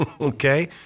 Okay